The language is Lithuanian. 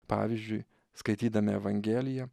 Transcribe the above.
pavyzdžiui skaitydami evangeliją